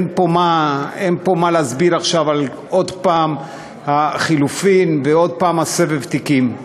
אין פה מה להסביר עכשיו על עוד פעם החילופין ועוד פעם סבב התיקים.